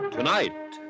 Tonight